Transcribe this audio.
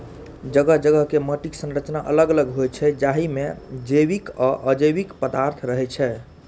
जगह जगह के माटिक संरचना अलग अलग होइ छै, जाहि मे जैविक आ अजैविक पदार्थ रहै छै